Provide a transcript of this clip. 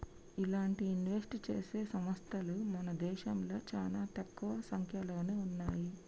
ఇలాంటి ఇన్వెస్ట్ చేసే సంస్తలు మన దేశంలో చానా తక్కువ సంక్యలోనే ఉన్నయ్యి